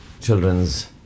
children's